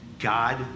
God